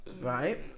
right